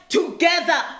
together